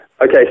Okay